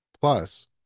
Plus